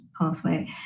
pathway